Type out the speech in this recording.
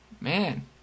Man